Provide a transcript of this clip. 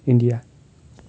India